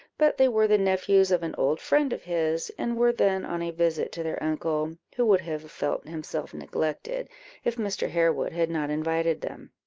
but they were the nephews of an old friend of his, and were then on a visit to their uncle, who would have felt himself neglected if mr. harewood had not invited them